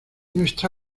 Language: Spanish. nuestra